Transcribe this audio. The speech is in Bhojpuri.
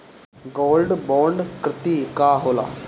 गोल्ड बोंड करतिं का होला?